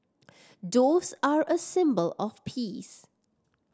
doves are a symbol of peace